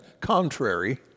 contrary